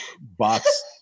box